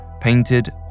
Painted